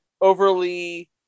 overly